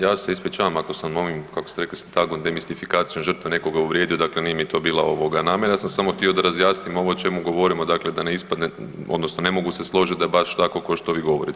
Ja se ispričavam ako sam ovim kako ste rekli sintagmom demistifikacijom žrtve nekoga uvrijedio, dakle nije mi to bila namjera, ja sam samo htio da razjasnimo ovo o čemu govorimo dakle da ne ispadne odnosno ne mogu se složiti da je baš tako ko što vi govorite.